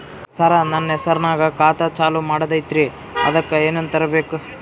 ಸರ, ನನ್ನ ಹೆಸರ್ನಾಗ ಖಾತಾ ಚಾಲು ಮಾಡದೈತ್ರೀ ಅದಕ ಏನನ ತರಬೇಕ?